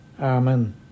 Amen